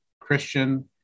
Christian